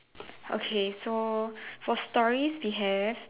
okay so for stories we have